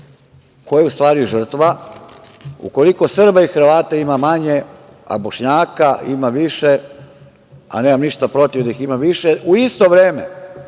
ko je u stvari žrtva, ukoliko Srba i Hrvata ima manje, a Bošnjaka ima više, a nemam ništa protiv što ih ima više? U isto vreme